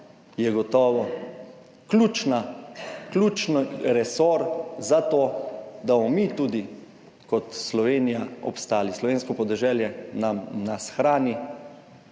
je gotovo ključna, ključni resor za to, da bomo mi tudi kot Slovenija obstali. Slovensko podeželje nam, nas hrani,